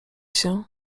się